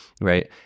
right